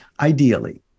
ideally